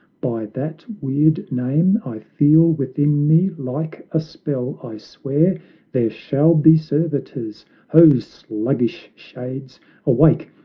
by that weird name i feel within me like a spell i swear there shall be servitors ho, sluggish shades awake,